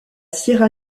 sierra